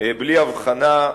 בלי הבחנה,